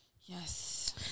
Yes